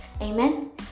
Amen